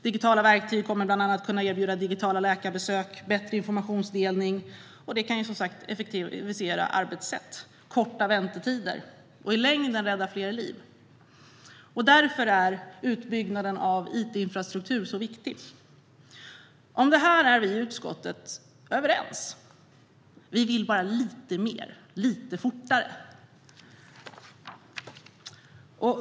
Digitala verktyg kommer bland annat att kunna erbjuda digitala läkarbesök och bättre informationsdelning, och det kan som sagt effektivisera arbetssätt, korta väntetider och i längden rädda fler liv. Därför är utbyggnaden av itinfrastruktur så viktig. Om detta är vi i utskottet överens. Vi vill bara lite mer, lite fortare.